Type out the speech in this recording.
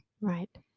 right